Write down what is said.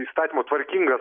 įstatymų tvarkingas